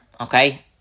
okay